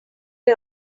era